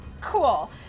cool